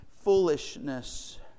foolishness